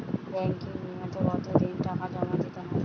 Banking বিমাতে কত দিন টাকা জমা দিতে হয়?